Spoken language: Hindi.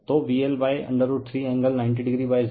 तो VL√ 3 एंगल 90oZy